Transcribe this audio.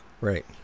Right